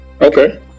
Okay